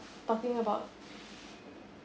talking about